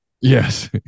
Yes